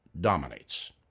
dominates